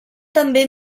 també